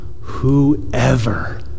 whoever